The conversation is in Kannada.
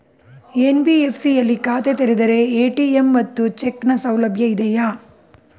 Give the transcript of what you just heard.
ಎನ್.ಬಿ.ಎಫ್.ಸಿ ಯಲ್ಲಿ ಖಾತೆ ತೆರೆದರೆ ಎ.ಟಿ.ಎಂ ಮತ್ತು ಚೆಕ್ ನ ಸೌಲಭ್ಯ ಇದೆಯಾ?